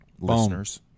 listeners